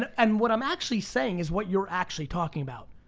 and what i'm actually saying is what you're actually talking about.